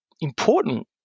important